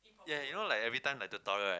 ya you know like every time like the toilet right